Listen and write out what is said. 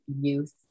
youth